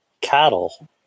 cattle